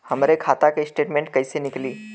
हमरे खाता के स्टेटमेंट कइसे निकली?